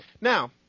Now